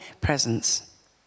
presence